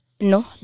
No